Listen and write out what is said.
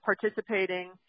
participating